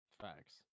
Facts